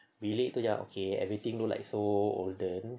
bilik tu macam okay everything go like so olden